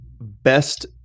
best